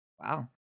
Wow